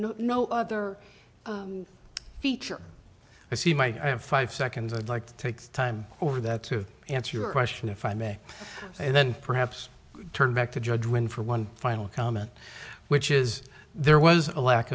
no no other feature i see my five seconds i'd like to take time over that to answer your question if i may and then perhaps turn back to judge when for one final comment which is there was a lack